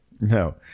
No